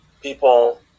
people